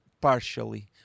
partially